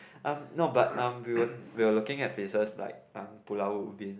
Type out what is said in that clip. um no but um were we were looking at places like um Pulau-Ubin